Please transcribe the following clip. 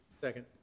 Second